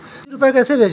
जल्दी रूपए कैसे भेजें?